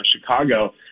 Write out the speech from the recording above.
Chicago